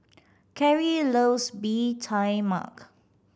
Carrie loves Bee Tai Mak